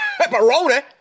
pepperoni